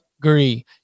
Agree